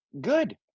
Good